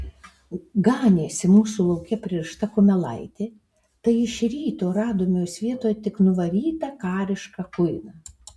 ganėsi mūsų lauke pririšta kumelaitė tai iš ryto radome jos vietoje tik nuvarytą karišką kuiną